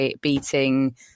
beating